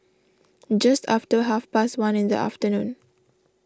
just after half past one in the afternoon